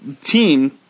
team